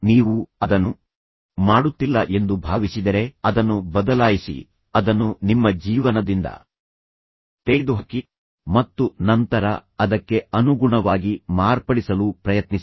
ನೀವು ಅದರ ಬಗ್ಗೆ ಯೋಚಿಸುತ್ತೀರಿ ಮತ್ತು ನಂತರ ನೀವು ಅದನ್ನು ಮಾಡುತ್ತಿಲ್ಲ ಎಂದು ನೀವು ಭಾವಿಸಿದರೆ ಅದನ್ನು ಬದಲಾಯಿಸಿ ಅದನ್ನು ನಿಮ್ಮ ಜೀವನದಿಂದ ತೆಗೆದುಹಾಕಿ ಮತ್ತು ನಂತರ ಅದಕ್ಕೆ ಅನುಗುಣವಾಗಿ ಮಾರ್ಪಡಿಸಲು ಪ್ರಯತ್ನಿಸಿ